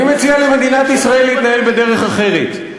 אני מציע למדינת ישראל להתנהל בדרך אחרת.